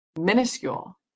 minuscule